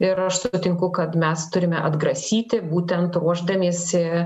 ir aš sutinku kad mes turime atgrasyti būtent ruošdamiesi